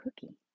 cookie